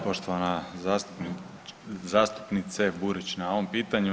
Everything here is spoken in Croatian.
poštovana zastupnice Burić na ovom pitanju.